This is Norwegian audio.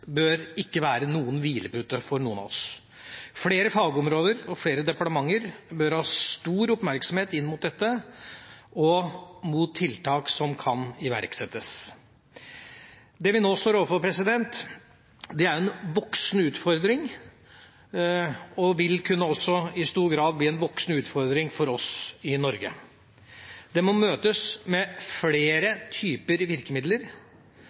bør ikke være noen hvilepute for noen av oss. Flere fagområder og flere departementer bør ha stor oppmerksomhet rettet mot dette og mot tiltak som kan iverksettes. Det vi nå står overfor, er en voksende utfordring som også i stor grad vil kunne bli en voksende utfordring for oss i Norge. Dette må møtes med flere typer virkemidler,